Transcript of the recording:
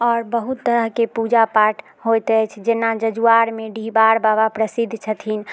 आओर बहुत तरहके पूजा पाठ होइत अछि जेना जजुआरमे डीहवार बाबा प्रसिद्ध छथिन